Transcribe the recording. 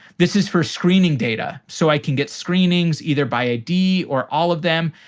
this is for screening data. so i can get screenings either by id or all of them.